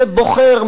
שבוחר,